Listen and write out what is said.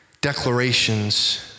declarations